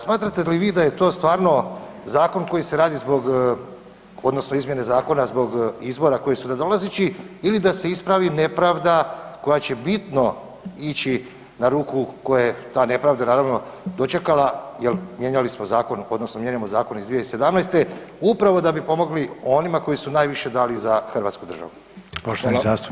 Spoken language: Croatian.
Smatrate li vi da je to stvarno zakon koji se radi zbog, odnosno izmjene zakona zbog izbora koji su nadolazeći ili da se ispravi nepravda koja će bitno ići na ruku koja je ta nepravda dočekala jer mijenjali smo zakon, odnosno mijenjamo zakon iz 2017. upravo da bi pomogli onima koji su najviše dali za Hrvatsku državu.